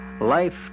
life